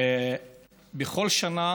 בכל שנה